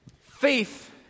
faith